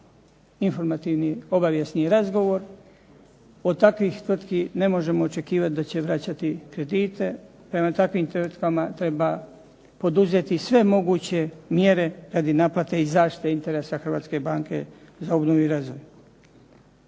informativni obavijesni razgovor. Od takvih tvrtki ne možemo očekivati da će vraćati kredite, prema takvim tvrtkama treba poduzeti sve moguće mjere radi naplate i zaštite interesa Hrvatske banke za obnovu i razvoj.